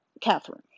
Catherine